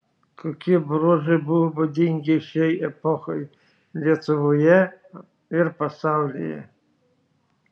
kokie bruožai buvo būdingi šiai epochai lietuvoje ir pasaulyje